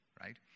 right